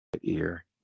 ear